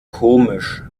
komisch